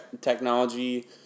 technology